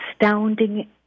astounding